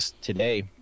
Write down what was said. today